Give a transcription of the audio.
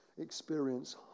experience